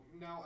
no